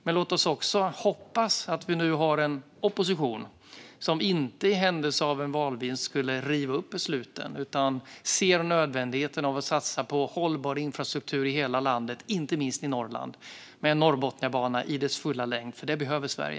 Men låt oss också hoppas att vi nu har en opposition som i händelse av en valvinst inte skulle riva upp besluten utan som ser nödvändigheten av att satsa på hållbar infrastruktur i hela landet, inte minst i Norrland, med en Norrbotniabana i dess fulla längd. Det behöver Sverige.